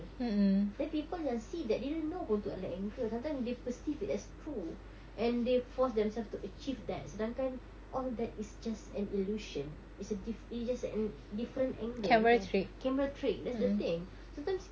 then people yang see that they didn't know pun itu adalah angle sometime they perceive it as true and they force themselves to achieve that sedangkan all that is just an illusion is a diff~ it is just an different angle kan camera trick that's the thing sometimes